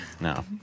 No